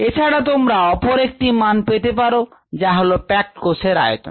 এছাড়া তোমরা অপর একটি মান পেতে পারো যা হলো প্যাক্ট কোষের আয়তন